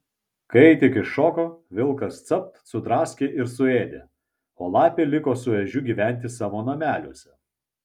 kai tik iššoko vilkas capt sudraskė ir suėdė o lapė liko su ežiu gyventi savo nameliuose